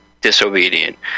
disobedient